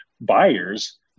buyers